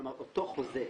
כלומר אותו חוזה,